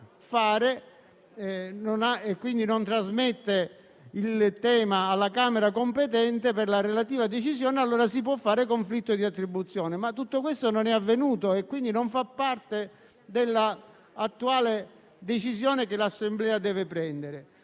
quindi non trasmetta il tema alla Camera competente per la relativa decisione, allora si può promuovere un conflitto di attribuzione. Tutto questo, però, non è avvenuto, quindi non fa parte dell'attuale decisione che l'Assemblea deve prendere.